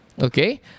okay